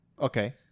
Okay